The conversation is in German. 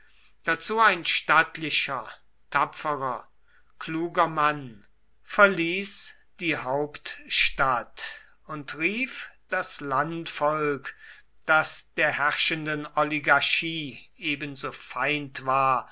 dazu ein stattlicher tapferer kluger mann verließ die hauptstadt und rief das landvolk das der herrschenden oligarchie ebenso feind war